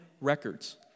records